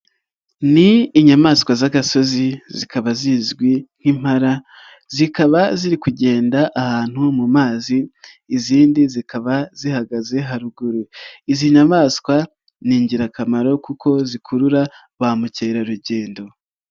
Ni inyamaswa z'agasozi zikaba zizwi nk'impala, zikaba ziri kugenda ahantu mu mazi izindi zikaba zihagaze haruguru, izi nyamaswa ni ingirakamaro kuko zikurura ba mukerarugendo.